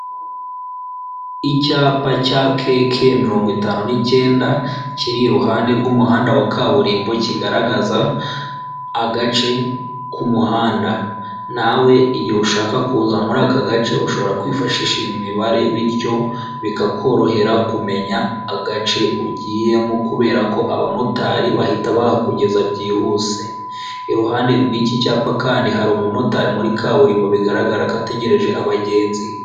Icyapa cya ke ke mirongo itanu n'icyenda, kiri iruhande rw'umuhanda wa kaburimbo kigaragaza agace k'umuhanda, nawe igihe ushaka kuza muri aka gace ushobora kwifashisha iyi mibare, bityo bikakorohera kumenya agace ugiyemo, kubera ko abamotari bahita bahakugeza byihuse, iruhande rw'iki cyapa kandi hari umumotari muri kaburimbo bigaragara ko ategereje abagenzi.